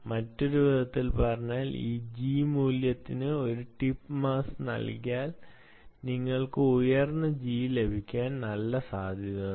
മറ്റൊരു വിധത്തിൽ പറഞ്ഞാൽ ഈ G മൂല്യത്തിന് ഒരു ടിപ്പ് മാസ്സ് നൽകിയാൽ നിങ്ങൾക്ക് ഉയർന്ന G ലഭിക്കാൻ നല്ല സാധ്യതയുണ്ട്